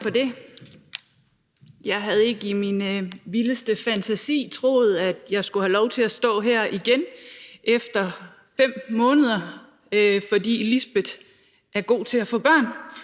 Jeg havde ikke i min vildeste fantasi troet, at jeg skulle have lov til at stå her igen efter 5 måneder, men Lisbeth Bech-Nielsen er god til at få børn,